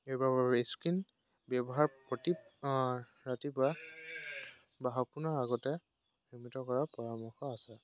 skin ব্যৱহাৰ প্ৰতি ৰাতিপুৱা বা সপোনৰ আগতে নিৰ্মিত কৰাৰ পৰামৰ্শ আছে